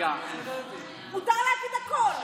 מותר להגיד הכול.